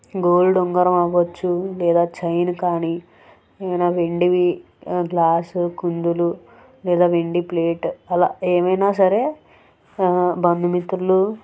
gold ఉంగరం అవ్వచ్చు లేదా చైను కానీ ఏదైనా వెండివి గ్లాసు కుందులు లేదా వెండి ప్లేట్ అలా ఏమైనా సరే బంధు మిత్రులు